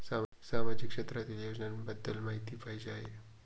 सामाजिक क्षेत्रातील योजनाबद्दल माहिती पाहिजे आहे?